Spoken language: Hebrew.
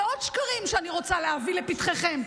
ועוד שקרים שאני רוצה להביא לפתחכם,